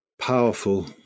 powerful